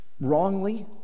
wrongly